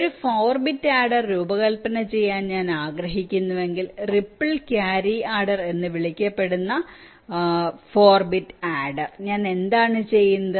ഒരു 4 bit adder രൂപകൽപ്പന ചെയ്യാൻ ഞാൻ ആഗ്രഹിക്കുന്നുവെങ്കിൽ റിപ്പിൾ ക്യാരി ആഡ്ഡർ എന്ന് വിളിക്കപ്പെടുന്നെങ്കിൽ ഞാൻ എന്താണ് ചെയ്യുന്നത്